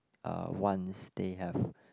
uh once they have